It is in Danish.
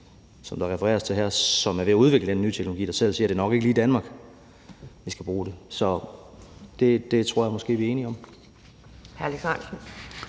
som der refereres til her er ved at udvikle den nye teknologi, der selv siger, at det nok ikke lige er i Danmark, vi skal bruge det. Så det tror jeg måske vi er enige om.